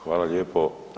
Hvala lijepo.